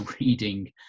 reading